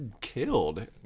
killed